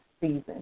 season